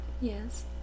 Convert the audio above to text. Yes